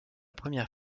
première